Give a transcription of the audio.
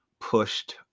pushed